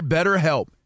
BetterHelp